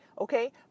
Okay